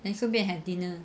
then 顺便 have dinner